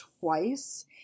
twice